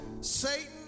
Satan